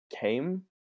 Came